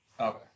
Okay